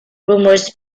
rumors